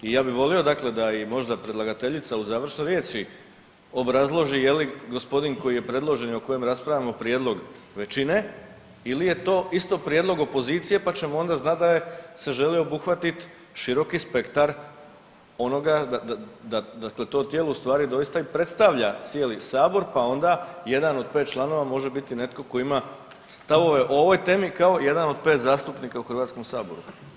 I ja bih volio, dakle da i možda predlagateljica u završnoj riječi obrazloži je li gospodin koji je predložen i o kojem raspravljamo prijedlog većine ili je to isto prijedlog opozicije pa ćemo onda znati da se želi obuhvatiti široki spektar onoga, da to tijelo doista i predstavlja cijeli Sabor pa onda jedan od pet članova može biti netko tko ima stavove o ovoj temi kao jedan od pet zastupnika u Hrvatskom Saboru.